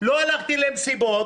לא הלכתי למסיבות,